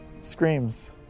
screams